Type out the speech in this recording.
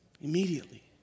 Immediately